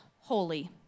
holy